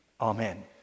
Amen